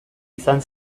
izan